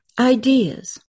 ideas